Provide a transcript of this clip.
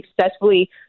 successfully